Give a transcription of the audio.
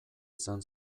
izan